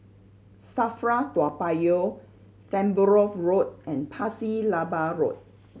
SAFRA Toa Payoh Farnborough Road and Pasir Laba Road